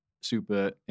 Super